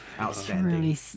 outstanding